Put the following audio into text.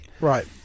Right